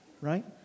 Right